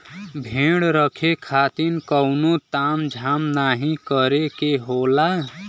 भेड़ रखे खातिर कउनो ताम झाम नाहीं करे के होला